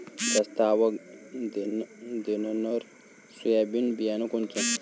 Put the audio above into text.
जास्त आवक देणनरं सोयाबीन बियानं कोनचं?